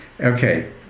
okay